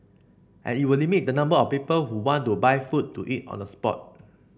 and it will limit the number of people who want to buy food to eat on the spot